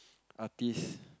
artist